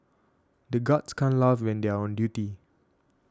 the guards can't laugh when they are on duty